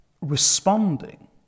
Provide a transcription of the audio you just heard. responding